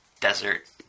desert